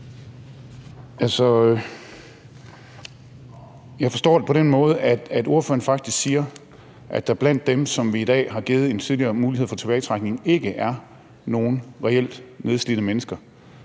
Jeg forstår det på den måde, at ordføreren faktisk siger, at der blandt dem, som vi i dag har givet en mulighed for tidligere tilbagetrækning, ikke er nogen reelt nedslidte mennesker.